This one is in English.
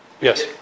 Yes